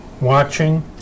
watching